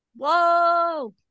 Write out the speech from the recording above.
Whoa